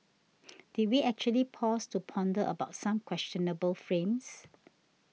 did we actually pause to ponder about some questionable frames